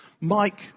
Mike